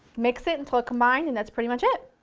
mix it until combined and that's pretty much it.